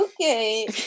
Okay